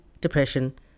depression